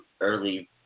early